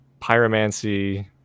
Pyromancy